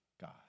God